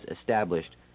established